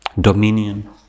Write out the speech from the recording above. dominion